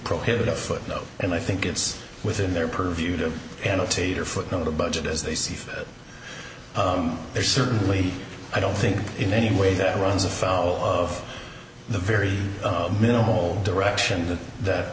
prohibit a footnote and i think it's within their purview to annotate or footnote the budget as they see fit or certainly i don't think in any way that runs afoul of the very minimal direction that